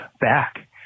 back